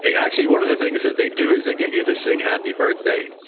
actually, one of the things that they do is they get you to sing happy birthday,